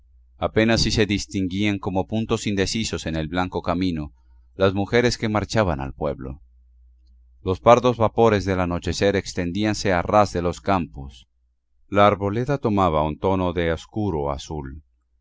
apenas si se distinguían como puntos indecisos en el blanco camino las mujeres que marchaban al pueblo los pardos vapores del anochecer extendíanse a ras de los campos la arboleda tomaba un tono de oscuro azul